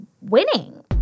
winning